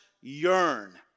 yearn